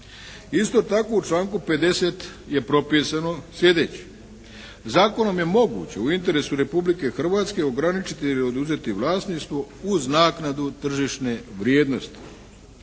Isto tako u članku 50. je propisano sljedeće: "Zakonom je moguće u interesu Republike Hrvatske ograničiti ili oduzeti vlasništvo uz naknadu tržišne vrijednosti.